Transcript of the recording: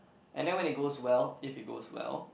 and then when it goes well if it goes well